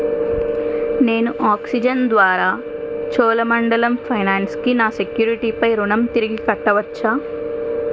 నేను ఆక్సిజన్ ద్వారా చోళమండలం ఫైనాన్స్కి నా సెక్యూరిటీ పై రుణం తిరిగి కట్టవచ్చా